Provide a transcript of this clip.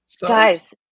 Guys